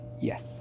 Yes